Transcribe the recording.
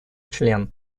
член